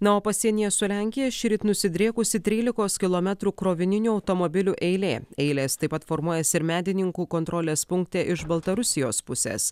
na o pasienyje su lenkija šįryt nusidriekusi trylikos kilometrų krovininių automobilių eilė eilės taip pat formuojasi ir medininkų kontrolės punkte iš baltarusijos pusės